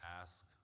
ask